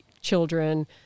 children